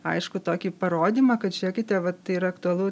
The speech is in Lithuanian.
aiškų tokį parodymą kad žėkite va tai yra aktualu